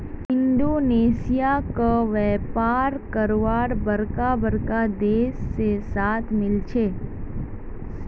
Indonesia क व्यापार करवार बरका बरका देश से साथ मिल छे